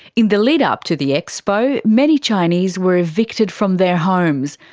in the lead-up to the expo many chinese were evicted from their homes.